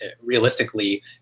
realistically